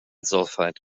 sulfide